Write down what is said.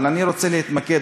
אבל אני רוצה להתמקד,